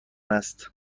است